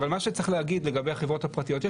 אבל מה שצריך להגיד לגבי החברות הפרטיות,